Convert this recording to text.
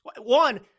one